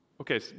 Okay